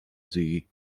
see